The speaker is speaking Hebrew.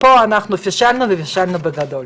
פה אנחנו פישלנו, ופישלנו בגדול.